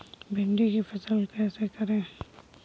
भिंडी की फसल कैसे करें?